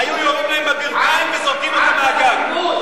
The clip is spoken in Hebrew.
היו יורים להם בברכיים וזורקים אותם מהגג.